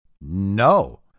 No